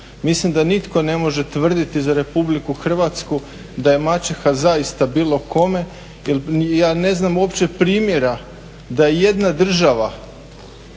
Mislim da nitko ne može tvrditi za Republiku Hrvatsku da je maćeha zaista bilo kome. Ja ne znam uopće primjera da je i jedna država,